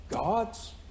gods